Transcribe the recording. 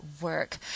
work